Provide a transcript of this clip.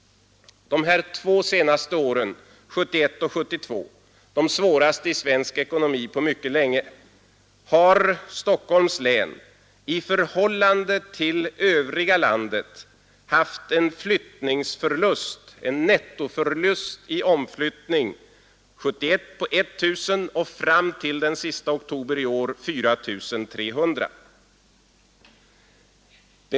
1971 och 1972, de svåraste åren i svensk ekonomi på mycket länge, har Stockholms län i förhållande till övriga landet haft en nettoförlust i omflyttning, år 1971 på 1000 invånare och fram till 31 oktober i år på 4 300 invånare.